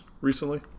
recently